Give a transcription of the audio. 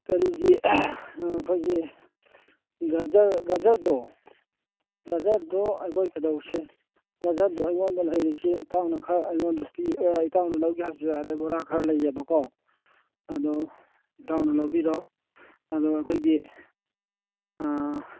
ꯀꯔꯤꯒꯤ ꯑꯩꯈꯣꯏꯒꯤ ꯒꯥꯖꯔ ꯒꯥꯖꯔꯗꯣ ꯒꯥꯖꯔꯗꯣ ꯑꯩꯈꯣꯏ ꯀꯩꯗꯧꯁꯦ ꯒꯥꯖꯔꯗꯣ ꯑꯩꯉꯣꯟꯗ ꯂꯩꯔꯤꯁꯤ ꯏꯇꯥꯎꯅ ꯈꯔ ꯑꯩꯉꯣꯟꯗ ꯏꯇꯥꯎꯅ ꯂꯧꯒꯦ ꯍꯥꯏꯕꯁꯨ ꯌꯥꯏ ꯕꯣꯔꯥ ꯈꯔ ꯂꯩꯌꯦꯕꯀꯣ ꯑꯗꯣ ꯏꯇꯥꯎꯅ ꯂꯧꯕꯤꯔꯣ ꯑꯗꯣ ꯑꯩꯈꯣꯏꯒꯤ